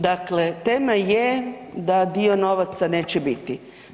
Dakle, tema je da dio novaca neće biti.